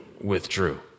withdrew